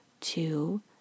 two